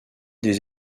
des